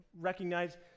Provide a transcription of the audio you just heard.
recognize